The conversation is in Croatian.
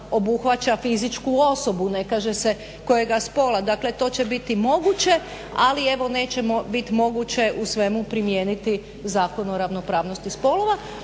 obuhvaća fizičku osobu, ne kaže se kojega spola, dakle to će biti moguće, ali evo neće biti moguće u svemu primijeniti Zakon o ravnopravnosti spolova.